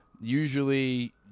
usually